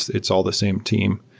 it's all the same team.